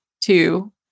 two